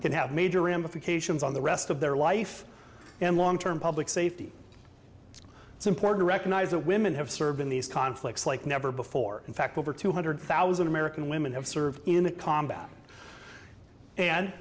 can have major ramifications on the rest of their life and long term public safety it's important to recognize that women have served in these conflicts like never before in fact over two hundred thousand american women have served in the combat and